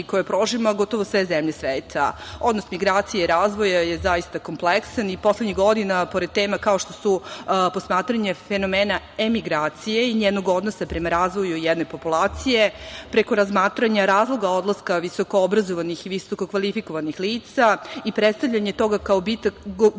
koja prožima gotovo sve zemlje sveta. Odnos migracija i razvoja je zaista kompleksan i poslednjih godina pored tema kao što su posmatranje fenomena emigracije i njenog odnosa prema razvoju jedne populacije, preko razmatranja razloga odlaska visokoobrazovanih i visokokvalifikovanih lica i predstavljanje toga kao gubitak za